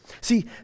See